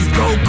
go